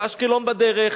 ואשקלון בדרך,